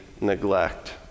neglect